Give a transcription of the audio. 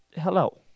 hello